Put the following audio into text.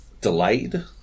delayed